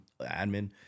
admin